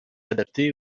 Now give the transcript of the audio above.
adapté